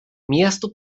miestų